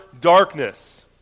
darkness